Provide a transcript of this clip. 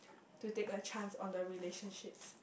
to take a chance on the relationships